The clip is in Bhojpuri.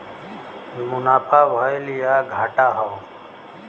मुनाफा भयल या घाटा हौ